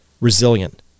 resilient